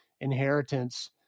inheritance